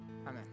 Amen